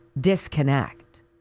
disconnect